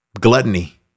gluttony